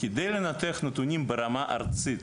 כדי לנתח נתונים ברמה ארצית,